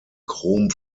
chrom